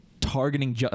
targeting